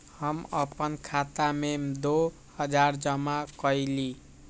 हम अपन खाता में दो हजार जमा कइली